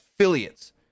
Affiliates